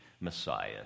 Messiah